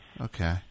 Okay